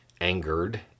angered